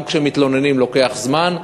גם כשמתלוננים לוקח זמן.